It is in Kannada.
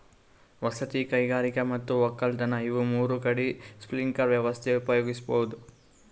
ವಸತಿ ಕೈಗಾರಿಕಾ ಮತ್ ವಕ್ಕಲತನ್ ಇವ್ ಮೂರ್ ಕಡಿ ಸ್ಪ್ರಿಂಕ್ಲರ್ ವ್ಯವಸ್ಥೆ ಉಪಯೋಗಿಸ್ಬಹುದ್